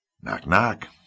Knock-knock